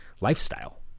lifestyle